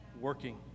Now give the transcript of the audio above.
working